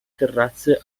terrazze